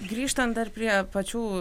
grįžtant prie pačių